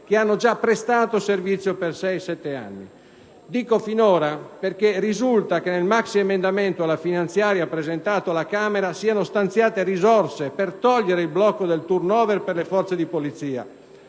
che hanno già prestato servizio per 6-7 anni. Aggiungo finora, perché risulta che nel maxiemendamento alla finanziaria presentato alla Camera siano stanziate risorse per togliere il blocco del *turn over* per le forze di polizia.